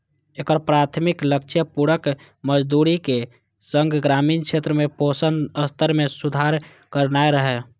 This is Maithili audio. एकर प्राथमिक लक्ष्य पूरक मजदूरीक संग ग्रामीण क्षेत्र में पोषण स्तर मे सुधार करनाय रहै